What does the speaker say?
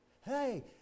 Hey